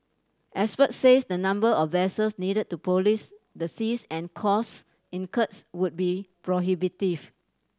experts say the number of vessels needed to police the seas and cost would be prohibitive